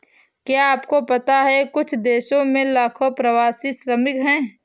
क्या आपको पता है कुछ देशों में लाखों प्रवासी श्रमिक हैं?